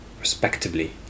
respectively